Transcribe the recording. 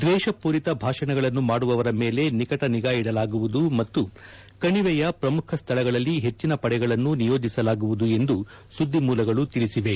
ದ್ವೇಷಪೂರಿತ ಭಾಷಣಗಳನ್ನು ಮಾಡುವವರ ಮೇಲೆ ನಿಕಟ ನಿಗಾ ಇಡಲಾಗುವುದು ಮತ್ತು ಕಣಿವೆಯ ಪ್ರಮುಖ ಸ್ಥಳಗಳಲ್ಲಿ ಹೆಚ್ಚಿನ ಪಡೆಗಳನ್ನು ನಿಯೋಜಿಸಲಾಗುವುದು ಎಂದು ಸುದ್ದಿ ಮೂಲಗಳು ತಿಳಿಸಿವೆ